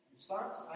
Response